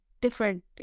different